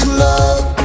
love